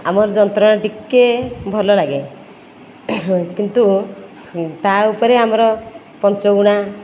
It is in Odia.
ଆମର ଯନ୍ତ୍ରଣା ଟିକେ ଭଲ ଲାଗେ କିନ୍ତୁ ତା' ଉପରେ ଆମର ପଞ୍ଚଗୁଣା